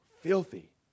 filthy